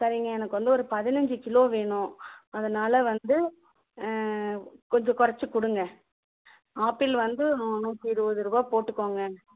சரிங்க எனக்கு வந்து ஒரு பதினஞ்சு கிலோ வேணும் அதனால் வந்து கொஞ்சம் குறச்சு கொடுங்க ஆப்பிள் வந்து நூற்றி இருபதுரூபா போட்டுக்கோங்க